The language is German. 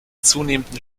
zunehmenden